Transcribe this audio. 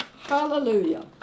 Hallelujah